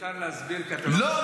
מיותר להסביר כי אתה לא --- לא,